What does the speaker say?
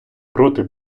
проти